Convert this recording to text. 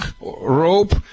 rope